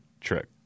trick